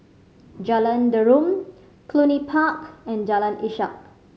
Jalan Derum Cluny Park and Jalan Ishak